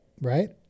right